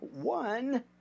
one